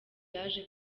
yaje